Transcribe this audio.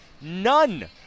None